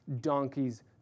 donkey's